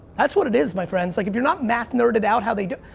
that's what it is, my friends. like, if you're not math nerded out how they do